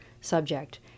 subject